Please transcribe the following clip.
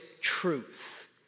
truth